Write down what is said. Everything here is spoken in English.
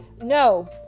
no